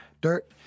dirt